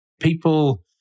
people